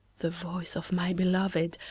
the voice of my beloved!